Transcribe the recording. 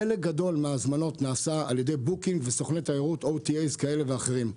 חלק גדול מההזמנות נעשה על ידי בוקינג וסוכני תיירות כאלה ואחרים.